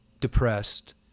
depressed